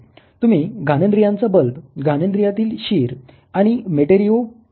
तुम्ही घानेन्द्रियांचा बल्ब घानेन्द्रीयातील शीर आणि मेटेरिओ पेशी पाहू शकता